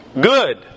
good